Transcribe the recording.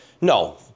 No